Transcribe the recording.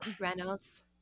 Reynolds